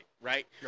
Right